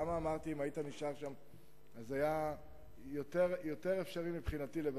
למה אמרתי שאם היית נשאר שם מבחינתי היה אפשרי יותר לבצע?